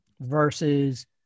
versus